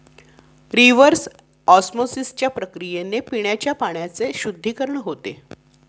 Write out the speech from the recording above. reverse ऑस्मॉसिसच्या प्रक्रियेने पिण्याच्या पाण्याचे शुद्धीकरण होते